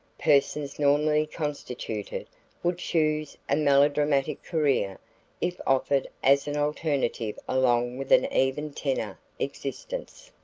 persons normally constituted would choose a melodramatic career if offered as an alternative along with an even-tenor existence.